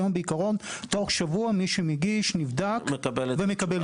היום בעיקרון תוך שבוע מי שמגיש נבדק ומקבל אישור.